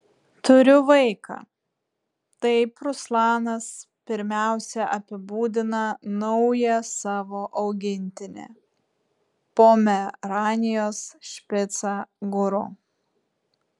turiu vaiką taip ruslanas pirmiausia apibūdina naują savo augintinį pomeranijos špicą guru